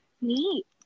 Neat